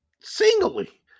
singly